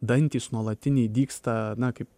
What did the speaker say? dantys nuolatiniai dygsta na kaip